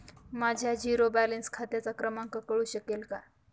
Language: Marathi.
माझ्या झिरो बॅलन्स खात्याचा क्रमांक कळू शकेल का?